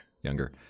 younger